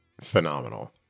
phenomenal